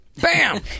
Bam